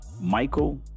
michael